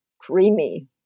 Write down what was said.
creamy